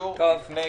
לאישור לפני